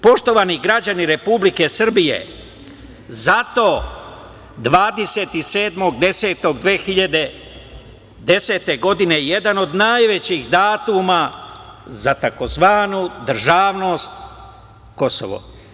Poštovani građani Republike Srbije, zato 27. oktobra 2010. godine, jedan od najvećih datuma za tzv. državnost Kosovo.